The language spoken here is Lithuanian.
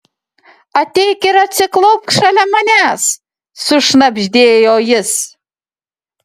ateik ir atsiklaupk šalia manęs sušnabždėjo jis